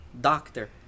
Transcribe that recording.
doctor